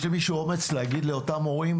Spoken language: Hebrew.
יש למישהו אומץ להגיד לאותם הורים,